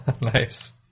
Nice